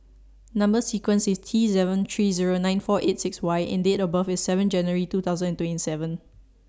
Number sequence IS T seven three Zero nine four eight six Y and Date of birth IS seven January two thousand and twenty seven